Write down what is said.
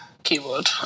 Keyword